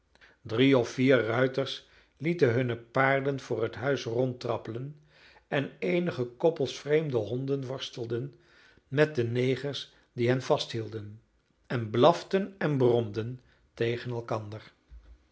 drie of vier ruiters lieten hunne paarden voor het huis rondtrappelen en eenige koppels vreemde honden worstelden met de negers die hen vasthielden en blaften en bromden tegen elkander